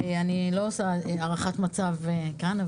אני לא עושה הערכת מצב כאן.